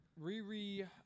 Riri